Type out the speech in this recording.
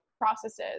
processes